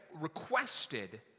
requested